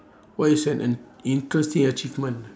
what you said an interesting achievement